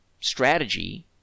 strategy